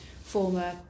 former